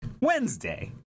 Wednesday